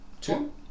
Two